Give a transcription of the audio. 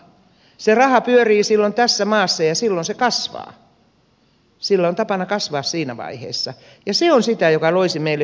se raha pyörii silloin tässä maassa ja silloin se kasvaa sillä on tapana kasvaa siinä vaiheessa ja se on sitä mikä loisi meille hyvinvointia